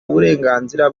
uburenganzira